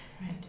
right